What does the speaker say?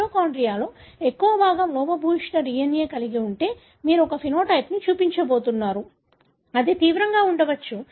మైటోకాండ్రియాలో ఎక్కువ భాగం లోపభూయిష్ట DNA కలిగి ఉంటే మీరు ఒక సమలక్షణాన్ని చూపించబోతున్నారు అది తీవ్రంగా ఉండవచ్చు